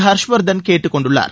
ஹர்ஷ்வர்தன் கேட்டுக் கொண்டுள்ளார்